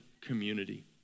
community